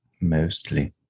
Mostly